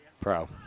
Pro